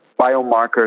biomarkers